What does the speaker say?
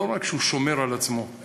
שלא רק שהוא שומר על עצמו,